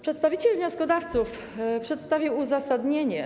Przedstawiciel wnioskodawców przedstawił uzasadnienie.